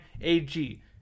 AG